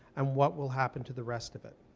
and what will happen to the rest of it?